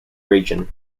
region